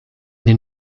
den